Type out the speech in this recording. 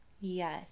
Yes